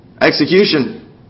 Execution